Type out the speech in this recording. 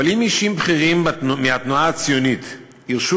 אבל אם אישים בכירים מהתנועה הציונית הרשו